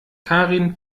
karin